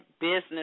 business